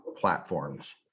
platforms